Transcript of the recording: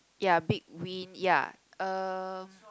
ya big wind ya um